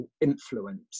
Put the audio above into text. influence